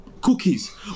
cookies